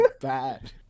bad